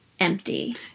empty